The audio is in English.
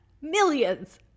millions